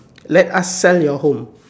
let us sell your home